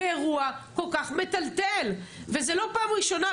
באירוע כל-כך מטלטל וזה לא פעם ראשונה,